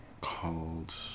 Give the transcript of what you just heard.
called